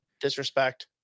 Disrespect